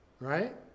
right